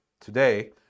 today